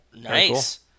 Nice